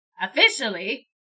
officially